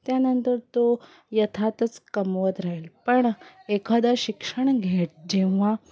त्यानंतर तो यथातथाच कमावत राहील पण एखादा शिक्षण घे जेव्हा